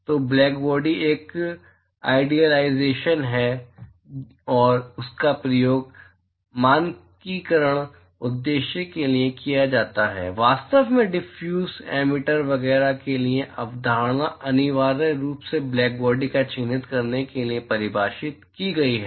तो ब्लैकबॉडी एक आइडियालाइज़ेशन है और इसका उपयोग मानकीकरण उद्देश्यों के लिए किया जाता है वास्तव में डिफ्यूज़ एमिटर वगैरह की सभी अवधारणा अनिवार्य रूप से ब्लैकबॉडी को चिह्नित करने के लिए परिभाषित की गई है